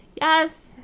yes